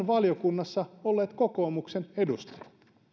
valiokunnassa olleet kokoomuksen edustajat